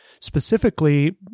Specifically